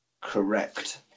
Correct